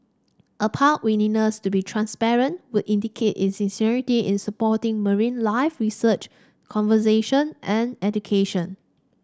a park willingness to be transparent would indicate its sincerity in supporting marine life research conservation and education